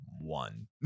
one